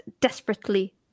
desperately